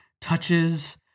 touches